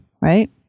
right